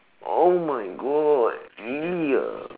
oh my god really ah